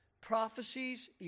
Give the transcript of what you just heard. prophecies